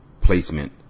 placement